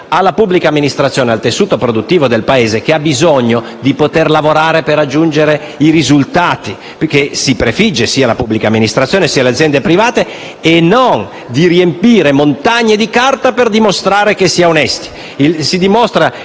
alla pubblica amministrazione e al tessuto produttivo del Paese, che hanno bisogno di poter lavorare per raggiungere i risultati che si prefiggono sia la pubblica amministrazioni che le aziende private, e non di riempire montagne di carta per dimostrare che si è onesti.